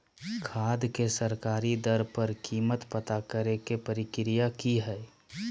खाद के सरकारी दर पर कीमत पता करे के प्रक्रिया की हय?